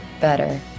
better